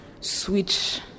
switch